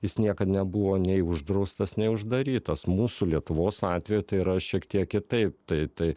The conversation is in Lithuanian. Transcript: jis niekad nebuvo nei uždraustas nei uždarytas mūsų lietuvos atveju tai yra šiek tiek kitaip tai tai